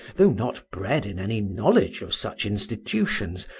though not bred in any knowledge of such institutions,